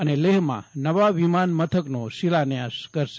અને લેહમાં નવા વિમાન મથકનો શિલાન્યાસ કરશે